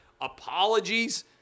Apologies